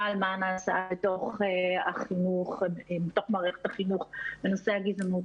על מה נעשה בתוך מערכת החינוך בנושא הגזענות.